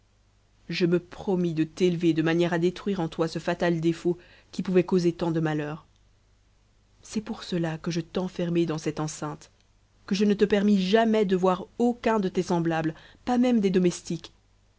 je me promis de t'élever de manière à détruire en toi ce fatal défaut qui pouvait causer tant de malheurs c'est pour cela que je t'enfermai dans cette enceinte que je ne te permis jamais de voir aucun de tes semblables pas même de domestiques